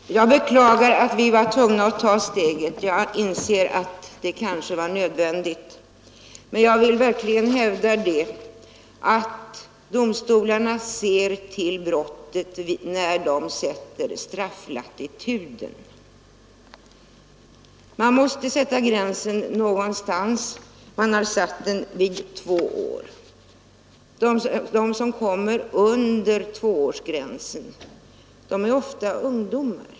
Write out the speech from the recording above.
Herr talman! Jag beklagar att vi var tvungna att ta steget med straffskärpning och restriktivitet i anstaltsbehandlingen — jag inser att det kanske var nödvändigt. Men jag vill verkligen hävda att domstolarna ser till brottet när de sätter strafflatituden. Man måste sätta gränsen någonstans; vi har satt den vid två år. De som kommer under tvåårsgränsen är ofta ungdomar.